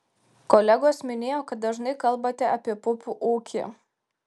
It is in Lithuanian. kolegos minėjo kad dažnai kalbate apie pupų ūkį